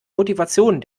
motivation